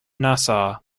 nassau